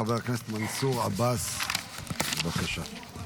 חבר הכנסת מנסור עבאס, עשר דקות לרשותך.